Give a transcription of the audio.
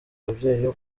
ababyeyi